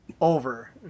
Over